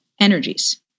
energies